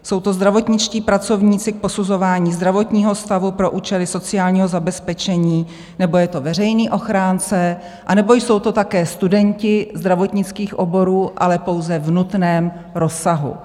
Jsou to zdravotničtí pracovníci k posuzování zdravotního stavu pro účely sociálního zabezpečení, nebo je to veřejný ochránce, nebo jsou to také studenti zdravotnických oborů, ale pouze v nutném rozsahu.